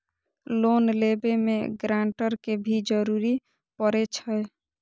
Loan लेबे में grantor के भी जरूरी परे छै?